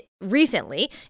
recently